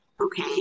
Okay